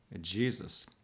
Jesus